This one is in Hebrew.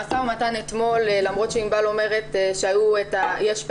המשא ומתן אתמול למרות שענבל חרמוני אומרת שהיו פערים,